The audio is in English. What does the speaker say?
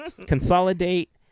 consolidate